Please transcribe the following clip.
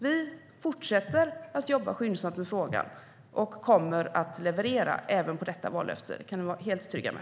Vi fortsätter att jobba skyndsamt med frågan och kommer att leverera även på detta vallöfte. Det kan ni vara helt trygga med.